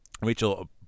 Rachel